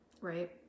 Right